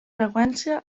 freqüència